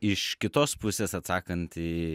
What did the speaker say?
iš kitos pusės atsakant į